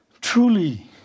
Truly